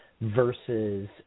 versus –